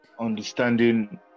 understanding